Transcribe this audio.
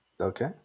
Okay